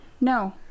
no